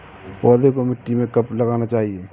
पौधें को मिट्टी में कब लगाना चाहिए?